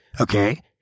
okay